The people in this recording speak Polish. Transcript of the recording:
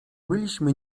byliśmy